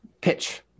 Pitch